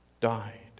died